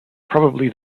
probably